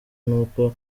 n’uko